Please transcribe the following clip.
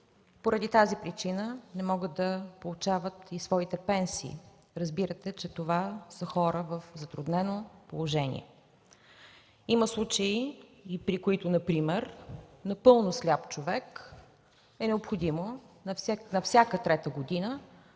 Поради тази причина не могат да получават и своите пенсии. Разбирате, че това са хора в затруднено положение. Има и случаи, при които например напълно сляп човек е необходимо на всяка трета година